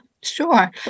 sure